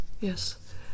Yes